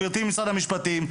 גבירתי ממשרד המשפטים,